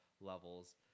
levels